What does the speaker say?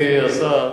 אדוני השר,